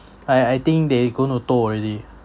I I think they gone auto already